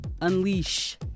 unleash